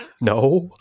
No